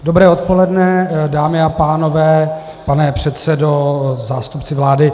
Dobré odpoledne, dámy a pánové, pane předsedo, zástupci vlády.